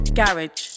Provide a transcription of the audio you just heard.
garage